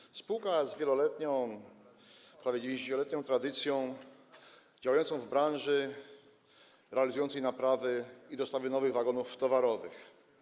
Jest to spółka z wieloletnią, prawie 90-letnią tradycją, działająca w branży realizującej naprawy i dostawy nowych wagonów towarowych.